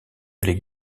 les